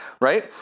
right